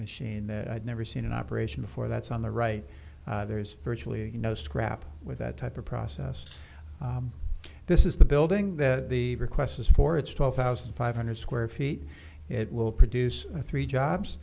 had never seen in operation for that's on the right there's virtually no scrap with that type of process this is the building that the request is for it's twelve thousand five hundred square feet it will produce three jobs